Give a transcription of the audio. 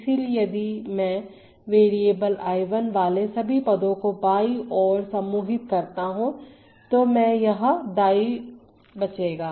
इसलिए यदि मैं वेरिएबल I 1 वाले सभी पदों को बाईं ओर समूहित करता हूं तो म यही दाईं बचेगा